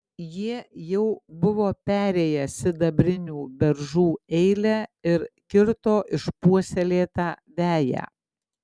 jie jau buvo perėję sidabrinių beržų eilę ir kirto išpuoselėtą veją